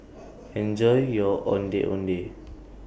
Enjoy your Ondeh Ondeh